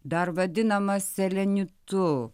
dar vadinamas selenitu